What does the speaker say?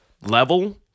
level